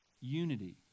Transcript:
unity